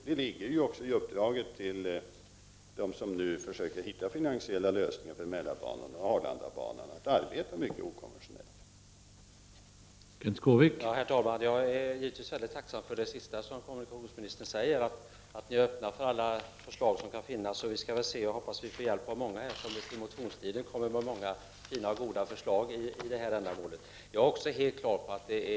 Det finns också med i uppdraget för dem som nu försöker hitta finansiella lösningar för Mälarbanan och Arlandabanan att arbeta mycket okonventionellt.